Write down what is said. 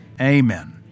Amen